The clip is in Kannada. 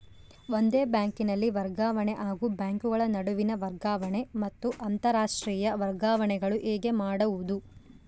ಒಂದೇ ಬ್ಯಾಂಕಿನಲ್ಲಿ ವರ್ಗಾವಣೆ ಹಾಗೂ ಬ್ಯಾಂಕುಗಳ ನಡುವಿನ ವರ್ಗಾವಣೆ ಮತ್ತು ಅಂತರಾಷ್ಟೇಯ ವರ್ಗಾವಣೆಗಳು ಹೇಗೆ ಮಾಡುವುದು?